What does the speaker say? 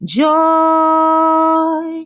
joy